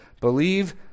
believe